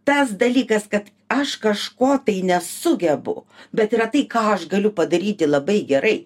tas dalykas kad aš kažko nesugebu bet yra tai ką aš galiu padaryti labai gerai